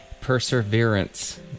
Perseverance